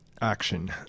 action